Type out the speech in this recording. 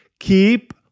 keep